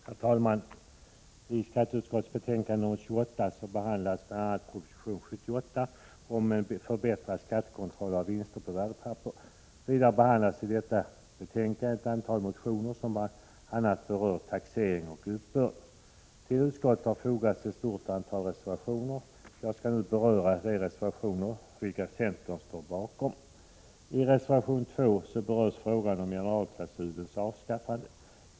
Herr talman! I skatteutskottets betänkande nr 28 behandlas bl.a. proposition 78 om förbättrad skattekontroll av vinster på värdepapper. Vidare behandlas i detta betänkande ett antal motioner som bl.a. berör taxering och uppbörd. Till betänkandet har fogats ett stort antal reservationer, och jag skall nu kommentera de reservationer som centern står bakom. I reservation 2 berörs frågan om generalklausulens avskaffande.